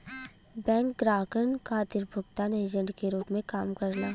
bank ग्राहकन खातिर भुगतान एजेंट के रूप में काम करला